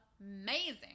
amazing